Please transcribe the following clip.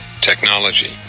technology